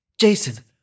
Jason